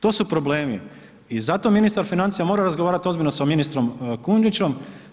To su problemi i zato ministar financija mora razgovarati ozbiljno sa ministrom Kujundžićem.